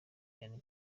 cyane